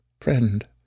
friend